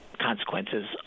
consequences